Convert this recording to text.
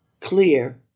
clear